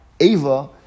Eva